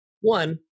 One